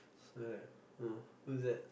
so I was like oh who who is that